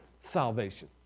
salvation